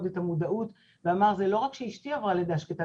את המודעות ואמר "זה לא רק אשתי שעברה לידה שקטה,